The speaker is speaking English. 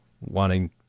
wanting